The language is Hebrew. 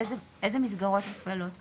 איזה מסגרות נכללות פה?